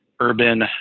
urban